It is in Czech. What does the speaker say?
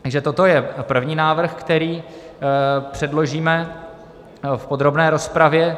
Takže toto je první návrh, který předložíme v podrobné rozpravě.